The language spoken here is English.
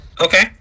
Okay